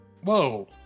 Whoa